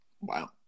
Wow